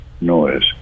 noise